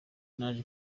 naje